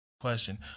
Question